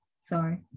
sorry